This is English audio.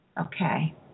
okay